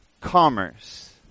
commerce